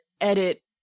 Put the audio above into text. edit